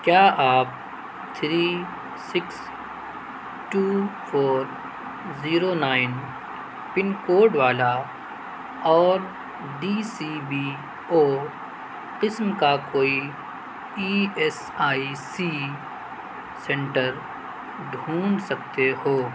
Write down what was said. کیا آپ three six two four zero nine pin code والا اور ڈی سی بی او قسم کا کوئی E S I C centre ڈھونڈھ سکتے ہو